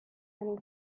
and